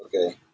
Okay